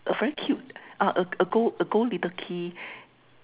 a very cute uh a a gold a gold little key